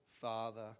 Father